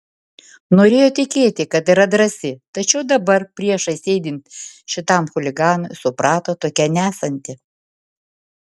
norėjo tikėti kad yra drąsi tačiau dabar priešais sėdint šitam chuliganui suprato tokia nesanti